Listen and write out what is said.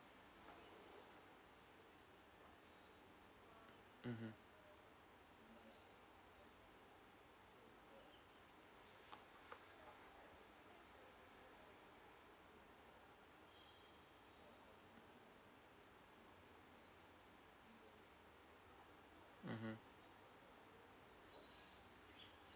mmhmm mmhmm